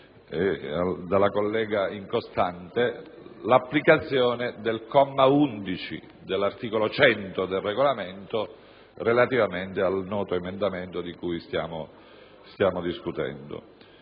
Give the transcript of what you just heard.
vorrei chiederle l'applicazione del comma 11 dell'articolo 100 del Regolamento, relativamente al noto emendamento di cui stiamo discutendo.